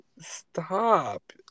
Stop